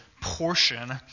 portion